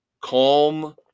calm